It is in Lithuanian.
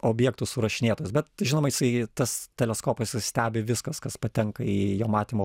objektų surašinėtojas bet žinoma jisai tas teleskopas jis stebi viskas kas patenka į jo matymo